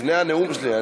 לפני הנאום שלי.